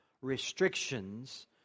restrictions